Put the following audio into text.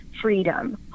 freedom